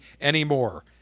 anymore